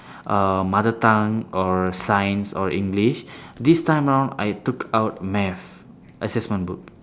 uh mother tongue or science or english this time round I took out math assessment book